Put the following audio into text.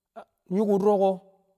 nyu̱ku̱ du̱ro̱ ko̱.